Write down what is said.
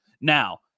Now